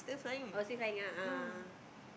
oh still flying a'ah